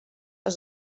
els